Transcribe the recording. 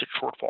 shortfall